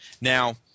Now